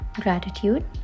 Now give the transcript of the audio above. Gratitude